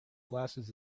glasses